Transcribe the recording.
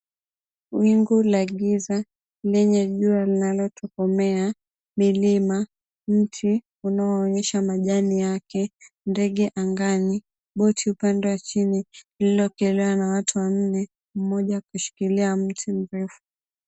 Wingu la giza lenye jua linalotokomea, milima, mti unaoonyesha majani yake, ndege angani, boti upande wa chini lililokeliwa na watu wanne mmoja akishikilia mti mrefu.